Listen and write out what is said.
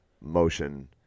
motion